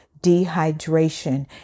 dehydration